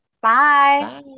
bye